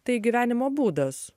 tai gyvenimo būdas